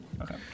Okay